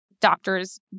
doctors